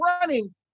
running